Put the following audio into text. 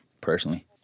personally